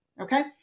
Okay